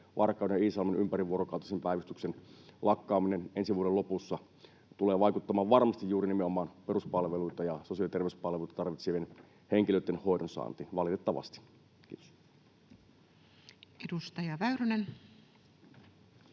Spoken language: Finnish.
Varkauden ja Iisalmen ympärivuorokautisen päivystyksen lakkaaminen ensi vuoden lopussa tulee vaikuttamaan varmasti juuri nimenomaan peruspalveluita ja sosiaali- ja terveyspalveluita tarvitsevien henkilöitten hoidon saantiin, valitettavasti. — Kiitos. Edustaja Väyrynen.